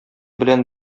белән